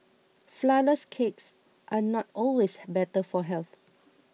Flourless Cakes are not always better for health